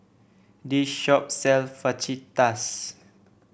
this shop sells Fajitas